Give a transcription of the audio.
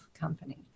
company